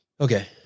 Okay